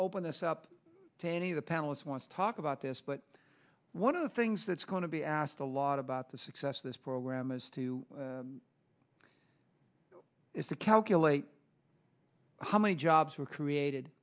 this up to any of the panelists wants to talk about this but one of the things that's going to be asked a lot about the success of this program is to do is to calculate how many jobs were created